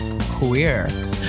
queer